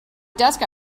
desk